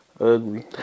Ugly